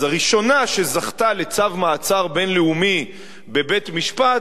אז הראשונה שזכתה לצו מעצר בין-לאומי בבית-משפט